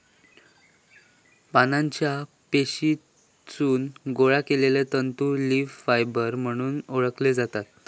पानांच्या पेशीतसून गोळा केलले तंतू लीफ फायबर म्हणून ओळखले जातत